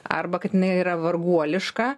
arba kad jinai yra varguoliška